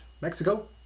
Mexico